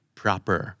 proper